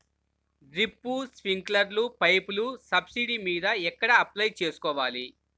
Drip, స్ప్రింకర్లు పైపులు subsidy మీద ఎక్కడ అప్లై చేసుకోవాలి?